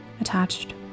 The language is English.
Attached